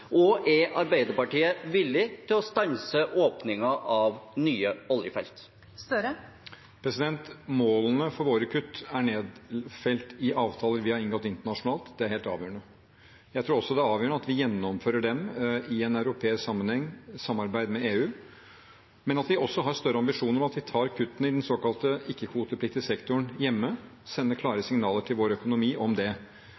Og er Arbeiderpartiet villig til å stanse åpningen av nye oljefelt? Målene for våre kutt er nedfelt i avtaler vi har inngått internasjonalt. Det er helt avgjørende. Jeg tror også det er avgjørende at vi gjennomfører dem i en europeisk sammenheng, i samarbeid med EU, men at vi også har større ambisjoner: at vi tar kuttene i den såkalte ikke-kvotepliktige sektoren hjemme og sender